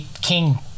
King